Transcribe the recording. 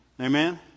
Amen